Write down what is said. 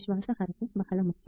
ವಿಶ್ವಾಸಾರ್ಹತೆ ಬಹಳ ಮುಖ್ಯ